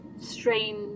Strange